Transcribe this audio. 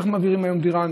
איך מעבירים היום דירה?